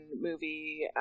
movie